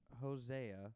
Hosea